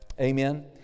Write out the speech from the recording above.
Amen